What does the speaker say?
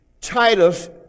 Titus